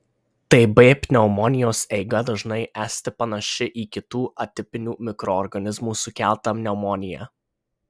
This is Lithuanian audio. tb pneumonijos eiga dažnai esti panaši į kitų atipinių mikroorganizmų sukeltą pneumoniją